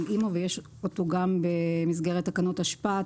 אימ"ו ויש אותו גם במסגרת תקנות אשפה.